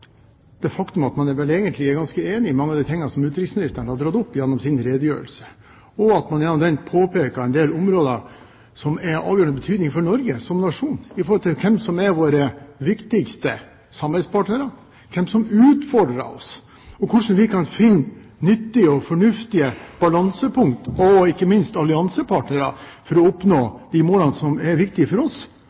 det faktum at man vel egentlig er ganske enig i mange av de tingene som utenriksministeren har tatt opp i sin redegjørelse. Han påpekte en del områder som er av avgjørende betydning for Norge som nasjon når det gjelder hvem som er våre viktigste samarbeidspartnere, hvem som utfordrer oss, og hvordan vi kan finne nyttige og fornuftige balansepunkt, og ikke minst alliansepartnere, for å oppnå de målene som er viktige for oss